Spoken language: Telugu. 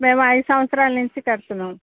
మేము ఐదు సంవత్సరాలు నుంచి కడుతున్నాం